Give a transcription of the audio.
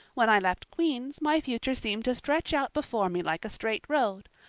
when i left queen's my future seemed to stretch out before me like a straight road.